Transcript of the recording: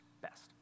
best